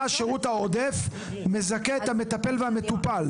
השירות העודף מזכה את המטפל והמטופל.